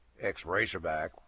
ex-racerback